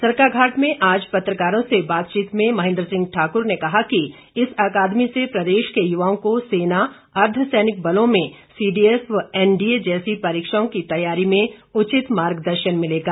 सरकाघाट में आज पत्रकारों से बातचीत में महेंद्र सिंह ठाक्र ने कहा कि इस अकादमी से प्रदेश के युवाओं को सेना अर्द्वसैनिक बलों में सीडीएस व एनडीए जैसी परीक्षाओं की तैयारी में उचित मार्गदर्शन मिलेगा